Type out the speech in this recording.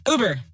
Uber